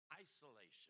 isolation